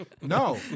no